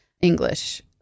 English